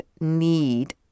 need